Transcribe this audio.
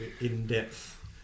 in-depth